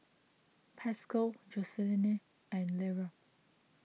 Pascal Jocelyne and Lera